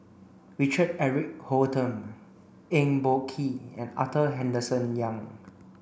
Richard Eric Holttum Eng Boh Kee and Arthur Henderson Young